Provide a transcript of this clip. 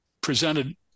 presented